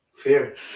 Fear